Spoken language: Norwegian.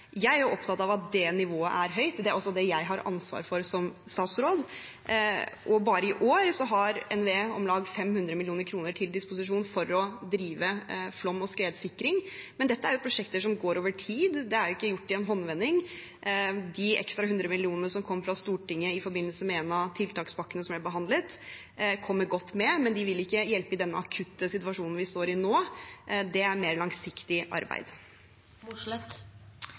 Jeg er opptatt av at det nivået er høyt. Det er også det jeg har ansvar for som statsråd. Bare i år har NVE om lag 500 mill. kr til disposisjon for å drive flom- og skredsikring, men dette er prosjekter som går over tid. Det er ikke gjort i en håndvending. De ekstra 100 mill. kr som kom fra Stortinget i forbindelse med en av tiltakspakkene som ble behandlet, kommer godt med, men de vil ikke hjelpe i den akutte situasjonen vi står i nå. Det er mer langsiktig arbeid.